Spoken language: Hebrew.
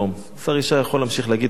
השר ישי יכול להמשיך להגיד מה שהוא רוצה.